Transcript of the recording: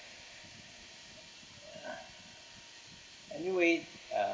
anyway uh